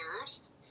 years